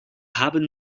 haben